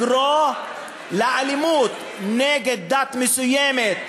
לקרוא לאלימות נגד דת מסוימת,